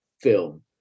film